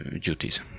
duties